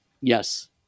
Yes